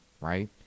right